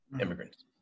immigrants